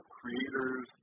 creators